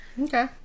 Okay